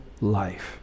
life